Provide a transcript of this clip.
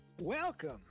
Welcome